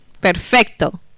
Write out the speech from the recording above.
Perfecto